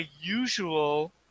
usual